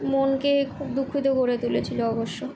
মনকে খুব দুঃখিত করে তুলেছিলো অবশ্য